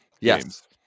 Yes